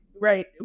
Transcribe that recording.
right